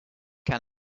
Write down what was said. can